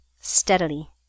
steadily